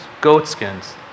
goatskins